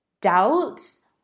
doubts